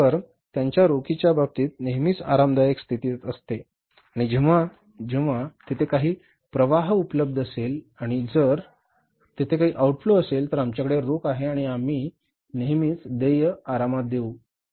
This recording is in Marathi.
म्हणून ती फर्म त्याच्या रोखीच्या बाबतीत नेहमीच आरामदायक स्थितीत असते आणि जेव्हा जेव्हा तेथे काही प्रवाह उपलब्ध असेल आणि जर तेथे काही आउटफ्लो असेल तर आमच्याकडे रोख आहे आणि आम्ही नेहमीच देय आरामात देऊ